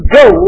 go